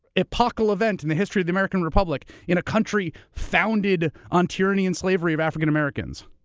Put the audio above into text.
epochal event in the history of the american republic, in a country founded on tyranny and slavery of african-americans,